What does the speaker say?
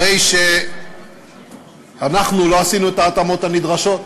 הרי שאנחנו לא עשינו את ההתאמות הנדרשות.